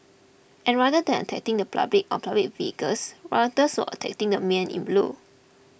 and rather than attacking the public or public vehicles rioters were attacking the men in blue